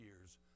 years